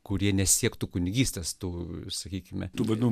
kurie nesiektų kunigystės tų sakykime tuo būdu